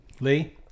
Lee